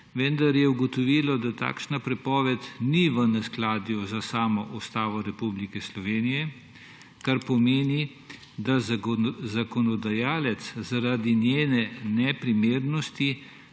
vendar je ugotovilo, da takšna prepoved ni v neskladju s samo Ustavo Republike Slovenije, kar pomeni, da zakonodajalec zaradi njene neprimernosti